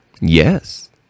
Yes